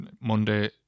Monday